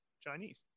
Chinese